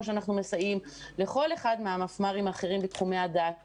שאנחנו מסייעים לכל אחד מהמפמ"רים האחרים בתחומי הדעת שלו.